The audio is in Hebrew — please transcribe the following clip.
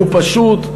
הוא פשוט,